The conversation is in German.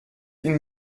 ihn